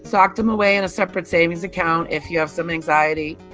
sock them away in a separate savings account if you have some anxiety.